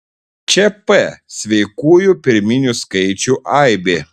čia p sveikųjų pirminių skaičių aibė